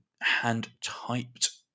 hand-typed